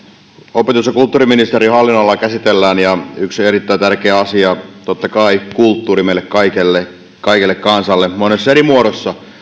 opetus ja kulttuuriministeriön hallinnonalaa käsitellään ja yksi erittäin tärkeä asia totta kai kulttuuri meille kaikelle kaikelle kansalle monessa eri muodossa